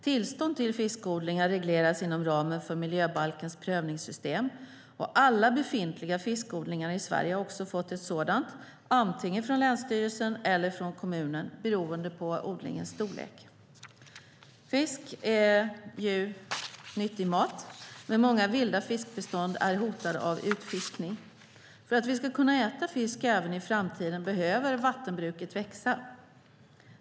Tillstånd till fiskodlingar regleras inom ramen för miljöbalkens prövningssystem, och alla befintliga fiskodlingar i Sverige har också fått ett sådant - antingen från länsstyrelsen eller från kommunen, beroende på odlingens storlek. Fisk är nyttig mat, men många vilda fiskbestånd är hotade av utfiskning. För att vi ska kunna äta fisk även i framtiden behöver vattenbruket växa.